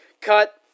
cut